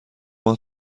ماه